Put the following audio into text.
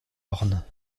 orne